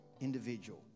individual